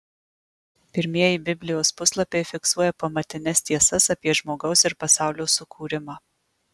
pirmieji biblijos puslapiai fiksuoja pamatines tiesas apie žmogaus ir pasaulio sukūrimą